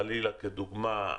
חלילה כדוגמה: